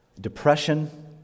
depression